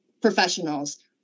professionals